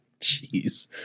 Jeez